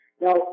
Now